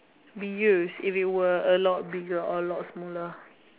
be used if it were a lot bigger or a lot smaller